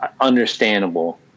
understandable